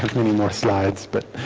many more slides but